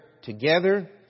Together